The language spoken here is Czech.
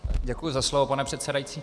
Děkuji za slovo, pane předsedající.